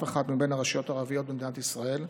אחת מן הרשויות הערביות במדינת ישראל.